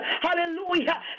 Hallelujah